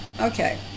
Okay